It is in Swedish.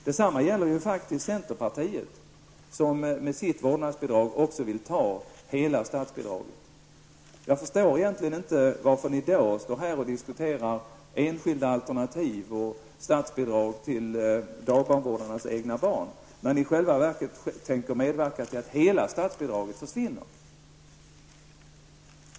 Detsamma gäller för centerpartiet, som med sitt vårdnadsbidrag vill ta hela statsbidraget i anspråk. Jag förstår inte varför ni då diskuterar enskilda alternativ och statsbidrag till dagbarnvårdarnas egna barn, när ni i själva verket tänker medverka till att hela statsbidraget försvinner.